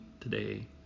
today